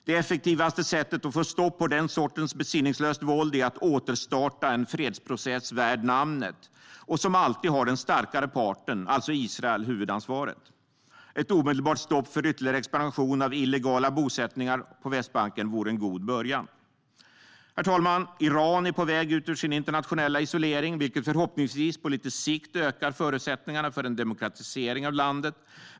Det effektivaste sättet att få stopp på den sortens besinningslöst våld är att återstarta en fredsprocess värd namnet. Och som alltid har den starkare parten, alltså Israel, huvudansvaret. Ett omedelbart stopp för ytterligare expansion av illegala bosättningar på Västbanken vore en god början. Herr talman! Iran är på väg ut ur sin internationella isolering, vilket förhoppningsvis på lite sikt ökar förutsättningarna för en demokratisering av landet.